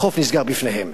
החוף נסגר בפניהם.